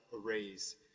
arrays